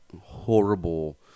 horrible